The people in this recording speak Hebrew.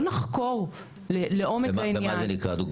בוא נחקור לעומק העניין.